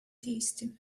tasty